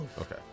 Okay